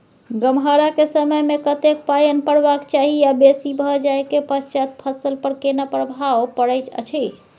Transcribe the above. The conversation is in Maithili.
गम्हरा के समय मे कतेक पायन परबाक चाही आ बेसी भ जाय के पश्चात फसल पर केना प्रभाव परैत अछि?